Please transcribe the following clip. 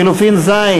הסתייגות לחלופין (ז)